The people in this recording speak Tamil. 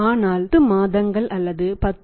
ஆனால் 10 மாதங்கள் அல்லது 10